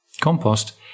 Compost